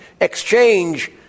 exchange